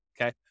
okay